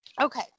Okay